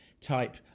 type